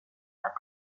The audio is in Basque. bat